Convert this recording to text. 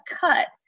cut